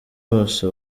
bose